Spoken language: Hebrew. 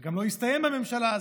וגם לא הסתיים בממשלה הזאת.